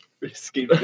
Risky